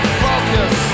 focus